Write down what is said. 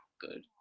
good